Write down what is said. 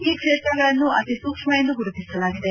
ಈ ಕ್ಷೇತ್ರಗಳನ್ನು ಅತಿ ಸೂಕ್ಷ್ಮ ಎಂದು ಗುರುತಿಸಲಾಗಿದೆ